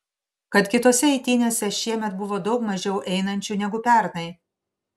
kad kitose eitynėse šiemet buvo daug mažiau einančių negu pernai